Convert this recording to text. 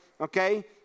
okay